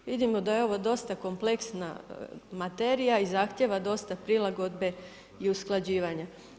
Vidimo da je ovo dosta kompleksna materija i zahtjeva dosta prilagodbe i usklađivanje.